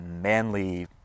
manly